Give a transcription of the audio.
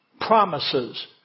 promises